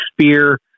Spear